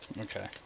Okay